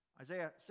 Isaiah